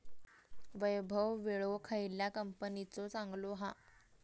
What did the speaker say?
वैभव विळो खयल्या कंपनीचो चांगलो हा?